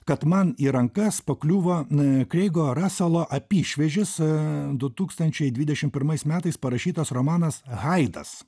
kad man į rankas pakliūva kreigo raselo apyšviežis du tūkstančiai dvidešim pirmais metais parašytas romanas haidas